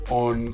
on